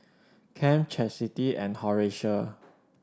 Kem Chastity and Horatio